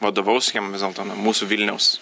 vadovaus jiem vis dėlto na mūsų vilniaus